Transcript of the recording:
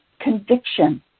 conviction